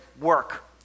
work